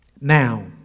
Now